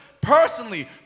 personally